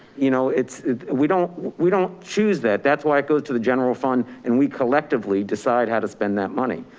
you know we don't we don't choose that. that's why it goes to the general fund. and we collectively decide how to spend that money.